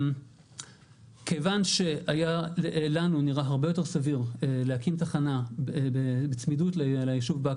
כיוון שנראה היה לנו הרבה יותר סביר להקים תחנה בצמידות לישוב באקה,